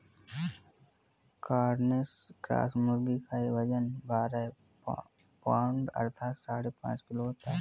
Cornish cross मुर्गी का वजन बारह पाउण्ड अर्थात साढ़े पाँच किलो होता है